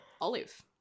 Olive